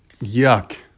Yuck